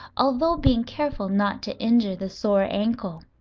although being careful not to injure the sore ankle.